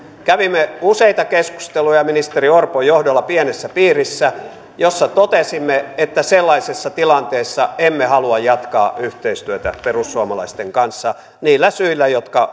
kävimme useita keskusteluja ministeri orpon johdolla pienessä piirissä jossa totesimme että sellaisessa tilanteessa emme halua jatkaa yhteistyötä perussuomalaisten kanssa niillä syillä jotka